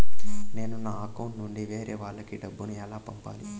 నేను నా అకౌంట్ నుండి వేరే వాళ్ళకి డబ్బును ఎలా పంపాలి?